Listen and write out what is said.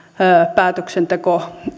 päätöksenteko